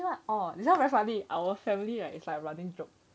oh this one very funny our family right it's like running jokes now